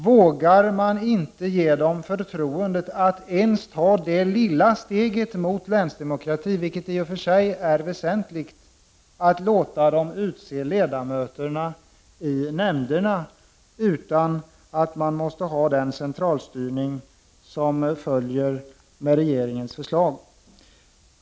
Vågar man inte ge dem förtroendet, att ens ta det lilla steget mot länsdemokrati — vilket i och för sig är väsentligt — att låta dem utse ledamöterna i nämnderna, utan den centralstyrning som följer med regeringens förslag?